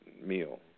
meal